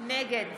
נגד